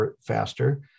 faster